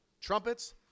trumpets